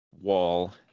wall